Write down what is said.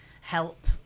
help